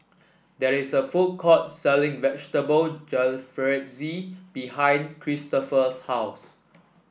there is a food court selling Vegetable Jalfrezi behind Cristofer's house